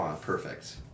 perfect